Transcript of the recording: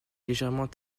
légèrement